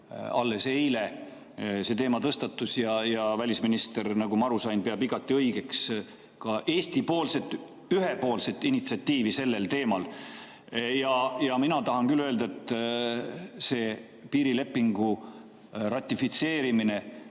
alles eile see teema siin tõstatus. Välisminister, nagu ma aru sain, peab igati õigeks ka Eesti ühepoolset initsiatiivi sellel teemal. Mina tahan küll öelda, et piirilepingu ratifitseerimine